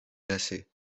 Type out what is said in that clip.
glacées